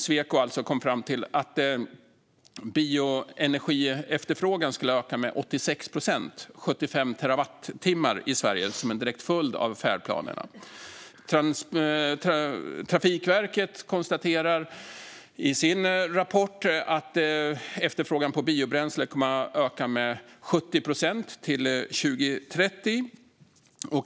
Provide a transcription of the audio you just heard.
Sweco kom fram till att bioenergiefterfrågan skulle öka med 86 procent, 75 terawattimmar, i Sverige som en direkt följd av färdplanerna. Trafikverket konstaterar i sin rapport att efterfrågan på biobränsle kommer att öka med 70 procent till 2030.